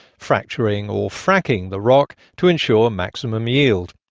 fracturing or fracking the rock to ensure maximum yield.